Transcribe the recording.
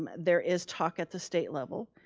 um there is talk at the state level,